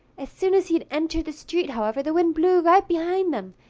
as soon as he had entered the street, however, the wind blew right behind them,